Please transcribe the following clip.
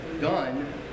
done